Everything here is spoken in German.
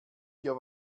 dir